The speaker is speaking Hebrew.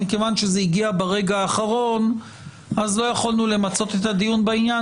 מכיוון שזה הגיע ברגע האחרון אז לא יכולנו למצות את הדיון בעניין